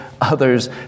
others